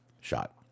shot